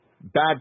bad